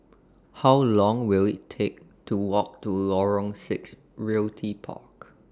How Long Will IT Take to Walk to Lorong six Realty Park